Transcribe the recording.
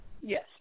Yes